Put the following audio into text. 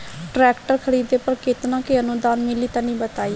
Tractor खरीदे पर कितना के अनुदान मिली तनि बताई?